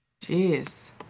Jeez